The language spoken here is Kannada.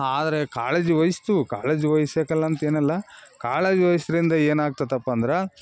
ಆದರೆ ಕಾಳಜಿ ವಹಿಸ್ತೀವ್ ಕಾಳಜಿ ವಯ್ಸೋಕಲ್ಲ ಅಂತೇನಲ್ಲ ಕಾಳಜಿ ವಯ್ಸಿಂದ ಏನಾಗ್ತದಪ್ಪಾ ಅಂದ್ರೆ